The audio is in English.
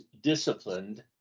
disciplined